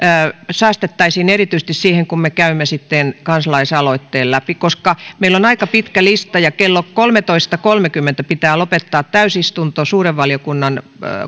säästettäisiin erityisesti siihen kun me käymme sitten kansalaisaloitteen läpi koska meillä on aika pitkä lista ja kello kolmetoista kolmekymmentä pitää lopettaa täysistunto suuren valiokunnan